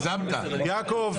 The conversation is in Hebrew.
יעקב,